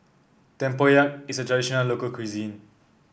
Tempoyak is a traditional local cuisine